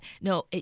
No